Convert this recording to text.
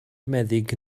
meddyg